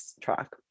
track